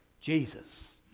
Jesus